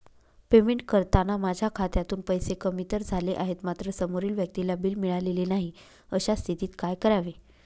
Payment करताना माझ्या खात्यातून पैसे कमी तर झाले आहेत मात्र समोरील व्यक्तीला बिल मिळालेले नाही, अशा स्थितीत काय करावे?